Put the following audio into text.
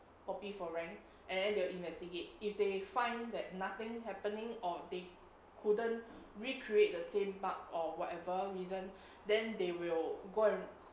poppy for rank and then they'll investigate if they find that nothing happening or they couldn't recreate the same bug or whatever reason then they will go and